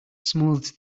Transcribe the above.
smooths